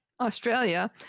Australia